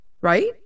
Right